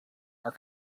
our